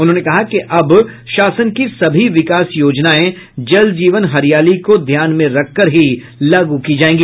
उन्होंने कहा कि अब शासन की सभी विकास योजनाएं जल जीवन हरियाली को ध्यान में रखकर ही लागू की जाएँगी